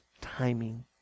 timing